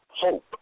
hope